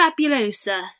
fabulosa